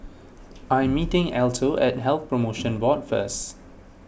I am meeting Alto at Health Promotion Board first